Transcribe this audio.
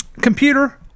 computer